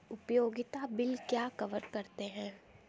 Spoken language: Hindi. उपयोगिता बिल क्या कवर करते हैं?